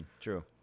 True